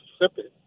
Mississippi